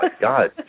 God